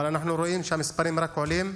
אבל אנחנו רואים שהמספרים רק עולים,